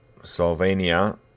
Slovenia